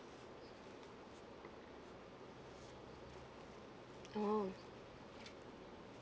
oh